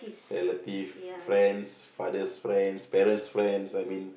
relative friends father's friends parents' friends I mean